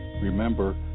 Remember